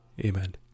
Amen